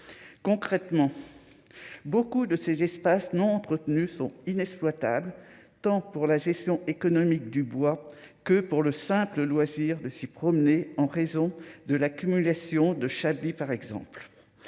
concrètement, beaucoup de ces espaces non entretenues sont inexploitables, tant pour la gestion économique du bois que pour le simple loisir de s'y promener en raison de l'accumulation de Chablis, par exemple